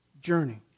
journey